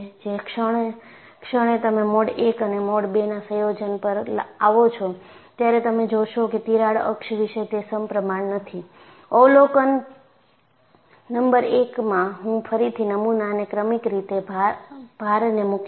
જે ક્ષણે તમે મોડ 1 અને મોડ 2 ના સંયોજન પર આવો છો ત્યારે તમે જોશો કે તિરાડ અક્ષ વિશે તે સપ્રમાણ નથી અવલોકન નંબર એકમાં હું ફરીથી નમુનાને ક્રમિક રીતે ભારને મૂકીશ